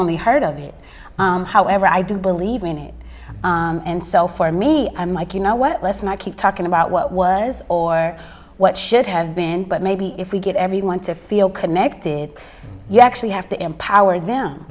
only heard of it however i do believe in it and so for me mike you know what lesson i keep talking about what was or what should have been but maybe if we get everyone to feel connected you actually have to empower them